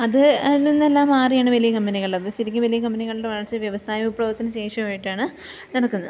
അത് അതിൽ നിന്നെല്ലാം മാറിയാണ് വലിയ കമ്പനികൾ അത് ശരിക്കും വലിയ കമ്പനികളുടെ വളർച്ച വ്യവസായ വിപ്ലവത്തിനു ശേഷമായിട്ടാണ് നടക്കുന്നത്